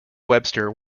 webster